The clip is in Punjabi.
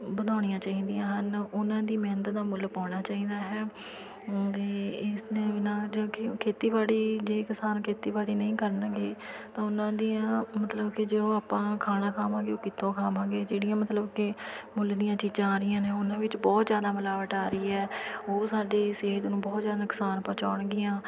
ਵਧਾਉਣੀਆਂ ਚਾਹੀਦੀਆਂ ਹਨ ਉਹਨਾਂ ਦੀ ਮਿਹਨਤ ਦਾ ਮੁੱਲ ਪਾਉਣਾ ਚਾਹੀਦਾ ਹੈ ਅਤੇ ਇਸਦੇ ਬਿਨਾਂ ਜੋ ਖੇ ਖੇਤੀਬਾੜੀ ਜੇ ਕਿਸਾਨ ਖੇਤੀਬਾੜੀ ਨਹੀਂ ਕਰਨਗੇ ਤਾਂ ਉਹਨਾਂ ਦੀਆਂ ਮਤਲਬ ਕਿ ਜੋ ਆਪਾਂ ਖਾਣਾ ਖਾਵਾਂਗੇ ਉਹ ਕਿੱਥੋਂ ਖਾਵਾਂਗੇ ਜਿਹੜੀਆਂ ਮਤਲਬ ਕਿ ਮੁੱਲ ਦੀਆਂ ਚੀਜ਼ਾਂ ਆ ਰਹੀਆਂ ਨੇ ਉਹਨਾਂ ਵਿੱਚ ਬਹੁਤ ਜ਼ਿਆਦਾ ਮਿਲਾਵਟ ਆ ਰਹੀ ਹੈ ਉਹ ਸਾਡੀ ਸਿਹਤ ਨੂੰ ਬਹੁਤ ਜ਼ਿਆਦਾ ਨੁਕਸਾਨ ਪਹੁੰਚਾਉਣਗੀਆਂ